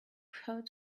heard